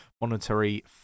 Monetary